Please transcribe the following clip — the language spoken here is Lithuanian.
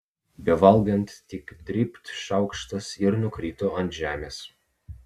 bevalgant tik dribt šaukštas ir nukrito ant žemės